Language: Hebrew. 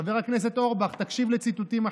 חבר הכנסת אורבך, תקשיב לציטוטים אחרים.